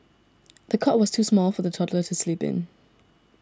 the cot was too small for the toddler to sleep in